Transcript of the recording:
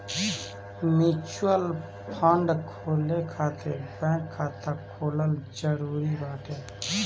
mutual fund खोले खातिर bank खाता होखल जरुरी बाटे